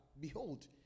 Behold